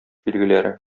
билгеләре